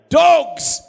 dogs